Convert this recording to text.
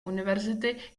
univerzity